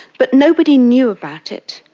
but nobody knew about it.